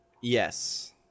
Yes